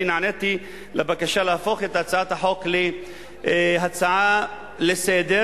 אני נעניתי לבקשה להפוך את הצעת החוק להצעה לסדר-היום,